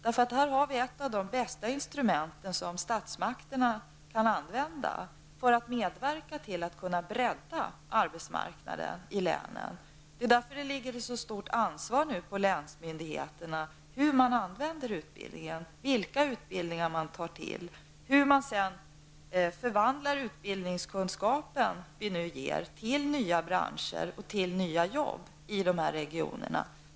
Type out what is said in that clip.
Det är ett av de bästa instrument som statsmakterna kan använda för att hjälpa till att bredda arbetsmarknaden i länen. Därför ligger det nu ett stort ansvar på länsmyndigheterna för hur man använder utbildningen, vilka utbildningar man anordnar och hur man förvandlar utbildningskunskapen till nya branscher och till nya jobb i de här regionerna.